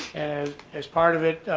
and as part of it,